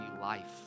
life